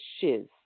shiz